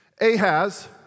Ahaz